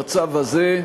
במצב הזה,